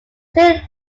saint